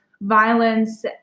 violence